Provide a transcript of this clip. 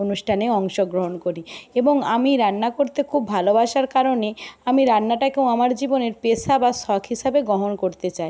অনুষ্ঠানে অংশগ্রহণ করি এবং আমি রান্না করতে খুব ভালোবাসার কারণে আমি রান্নাটাকেও আমার জীবনের পেশা বা শখ হিসাবে গহণ করতে চাই